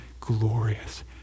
glorious